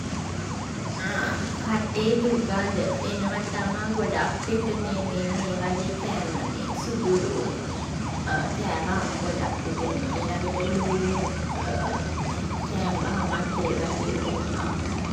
කටේ දුගඳ එනවා තමා ගොඩක් විට මේ වගේ කෑම. මේ සුදුළූණු කෑවහම ගොඩක් විට එනවා. ඊළඟට ළූණු කෑවහමත් ඒ වගේ එනවා.